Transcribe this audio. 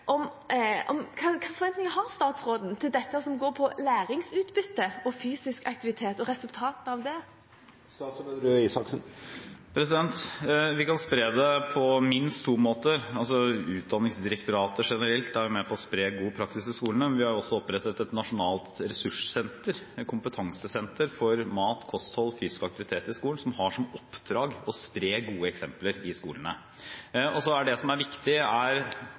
om læringsutbytte, fysisk aktivitet og resultatet av det? Vi kan spre det på minst to måter. Utdanningsdirektoratet er jo generelt med på å spre god praksis i skolene. Vi har også opprettet Nasjonalt senter for mat, helse og fysisk aktivitet, som har som oppdrag å spre gode eksempler i skolene. Det som er viktig – dette er